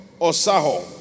Osaho